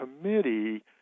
committee